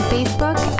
Facebook